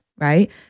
Right